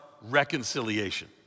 reconciliation